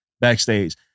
backstage